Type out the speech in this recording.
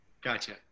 Gotcha